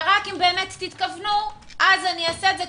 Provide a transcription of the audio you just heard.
ורק אם באמת תתכוונו אז אני אעשה את זה,